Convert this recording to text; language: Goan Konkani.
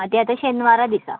आं तें आतां शेनवारा दिसा